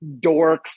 dorks